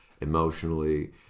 emotionally